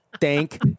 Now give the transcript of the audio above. Thank